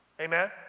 Amen